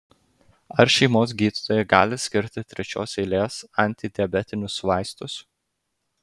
ar šeimos gydytojai gali skirti trečios eilės antidiabetinius vaistus